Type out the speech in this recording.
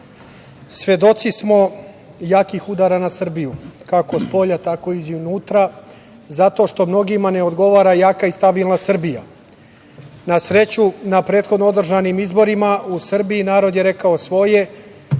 svedoci smo jakih udara na Srbiju, kako spolja, tako i iznutra, zato što mnogima ne odgovara jaka i stabilna Srbija. Na sreću, na prethodno održanim izborima u Srbiji narod je rekao svoje